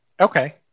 Okay